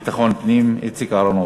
לביטחון פנים איציק אהרונוביץ.